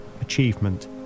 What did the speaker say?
achievement